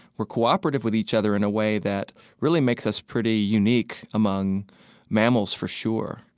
we're cooperative with each other in a way that really makes us pretty unique among mammals, for sure.